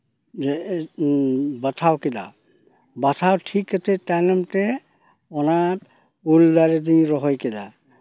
ᱡᱮ ᱤᱧ ᱵᱟᱛᱷᱟᱣ ᱠᱮᱫᱟ ᱵᱟᱛᱷᱟᱣ ᱴᱷᱤᱠ ᱠᱟᱛᱮ ᱛᱟᱭᱱᱚᱢ ᱛᱮ ᱚᱱᱟ ᱩᱞ ᱫᱟᱨᱮ ᱫᱚᱧ ᱨᱚᱦᱚᱭ ᱠᱮᱫᱟ